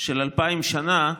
של אלפיים שנה,